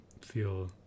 feel